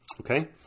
Okay